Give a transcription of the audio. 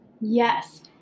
Yes